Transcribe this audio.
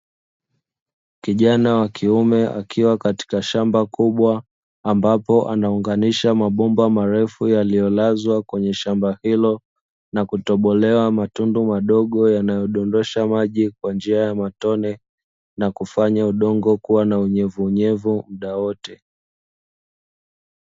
Kijana wa kiume akiwa katika shamba kubwa ambapo anaunganisha mabomba marefu yaliyo lazwa kwenye shamba hilo, na kutobolewa matundu madogo yanayo dondosha maji kwa njia ya matone, na kufanya udongo kuwa na unyevuunyevu muda wote.